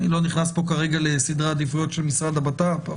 אני לא נכנס פה כרגע לסדרי העדיפויות של משרד הבט"פ.